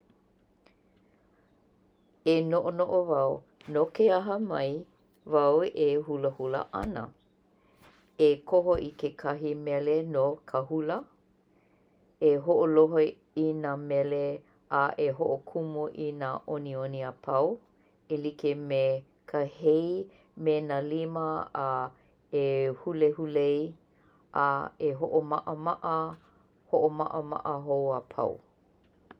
E noʻonoʻo wau, "No ke aha mai wau e hulahula ʻana?" E koho i kekahi mele no ka hula E hoʻolohe i nā mele a e hoʻokumu i nā ʻoniʻoni apau e like me ka hei me nā lima a e hulehulei. A e hoʻomaʻamaʻa hoʻomaʻamaʻa hou apau.